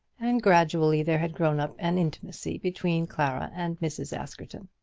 and gradually there had grown up an intimacy between clara and mrs. askerton.